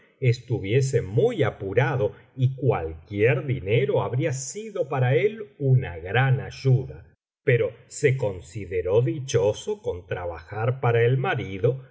estuviese muy apurado y cualquier dinero habría sido para él una gran ayuda pero se consideró dichoso con trabajar para el marido